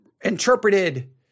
interpreted